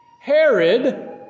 Herod